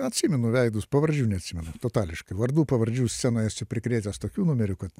atsimenu veidus pavardžių neatsimenu totališkai vardų pavardžių scenoj esu prikrėtęs tokių numerių kad